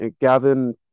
Gavin